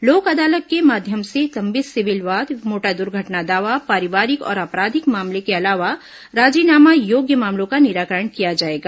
लोक अदालत के माध्यम से लंबित सिविल वाद मोटर दुर्घटना दावा पारिवारिक और आपराधिक मामले के अलावा राजीनामा योग्य मामलों का निराकरण किया जाएगा